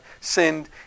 sinned